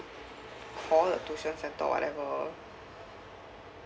call the tuition centre or whatever